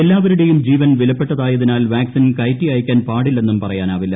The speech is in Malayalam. എല്ലാവരുടേയും ജീവൻ വിലപ്പെട്ടതായതിനാൽ വാക്സിൻ കയറ്റിഅയക്കാൻ പാടില്ലെന്നും പറയാനാവില്ല